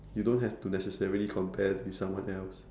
you don't have to necessarily compare to someone else